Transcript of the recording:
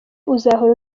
uzahora